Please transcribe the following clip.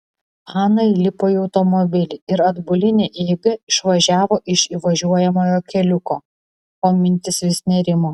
ana įlipo į automobilį ir atbuline eiga išvažiavo iš įvažiuojamojo keliuko o mintys vis nerimo